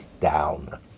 down